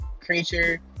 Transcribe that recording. creature